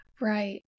Right